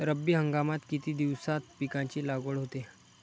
रब्बी हंगामात किती दिवसांत पिकांची लागवड होते?